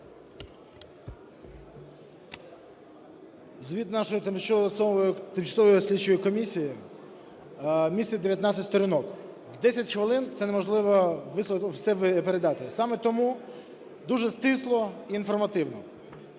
Звіт нашої Тимчасової слідчої комісії містить 19 сторінок, в десять хвилин це неможливо все передати. Саме тому дуже стисло, інформативно.